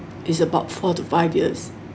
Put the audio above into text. it's about four to five years